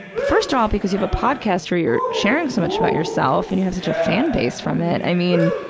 first of all because you have a podcast where you're sharing so much about yourself and you have such a fan base from it. i mean,